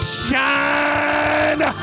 shine